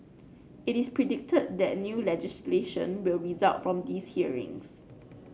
it is predicted that new legislation will result from these hearings